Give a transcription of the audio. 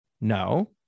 No